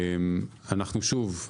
שוב,